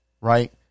right